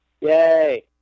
Yay